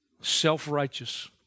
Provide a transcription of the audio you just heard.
Self-righteous